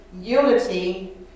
unity